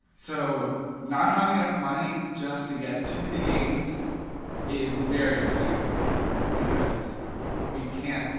so not having enough money just to get to the games is very upsetting for me because we can't.